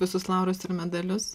visus laurus ir medalius